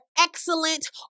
excellent